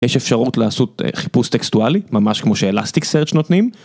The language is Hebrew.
יש אפשרות לעשות חיפוש טקסטואלי, ממש כמו שאלסטיק סרג' נותנים.